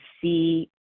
see